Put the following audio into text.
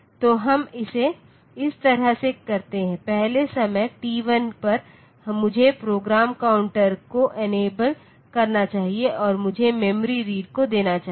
तो हम इसे इस तरह से करते हैं पहले समय t1 पर मुझे प्रोग्राम काउंटर को इनेबल करना चाहिए और मुझे मेमोरी रीड को देना चाहिए